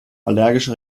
allergische